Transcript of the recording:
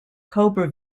cobra